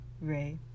Ray